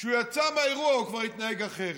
כשהוא יצא מהאירוע הוא כבר התנהג אחרת.